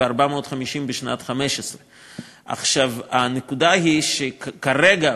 ו-450 מיליון בשנת 2015. הנקודה היא שכרגע,